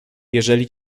jeżeli